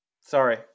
Sorry